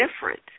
different